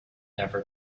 never